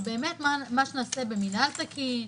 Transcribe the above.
מה שנעשה במינהל תקין,